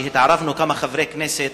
שהתערבנו כמה חברי כנסת